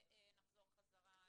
ונחזור חזרה לפה.